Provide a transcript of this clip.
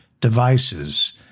devices